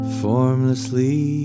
formlessly